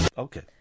Okay